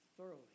thoroughly